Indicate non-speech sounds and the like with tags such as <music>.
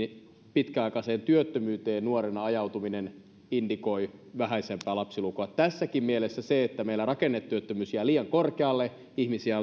pitkäaikaiseen työttömyyteen nuorena ajautuminen indikoi vähäisempää lapsilukua tässäkin mielessä se että meillä rakennetyöttömyys jää liian korkealle ihmisiä <unintelligible>